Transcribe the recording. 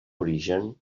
origen